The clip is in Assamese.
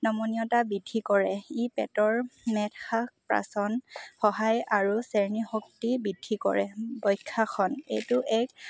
নমনীয়তা বৃদ্ধি কৰে ই পেটৰ প্ৰাচন সহায় আৰু শ্ৰেণী শক্তি বৃদ্ধি কৰে বক্ৰাসন এইটো এক